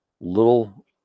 little